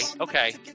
okay